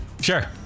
Sure